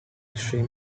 stream